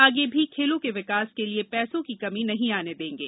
आगे भी खेलों के विकास के लिए पैसों की कमी नहीं आने देंगे